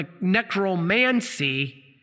necromancy